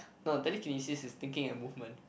no telekinesis is thinking and movement